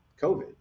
COVID